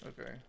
Okay